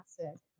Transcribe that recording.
classic